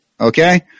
Okay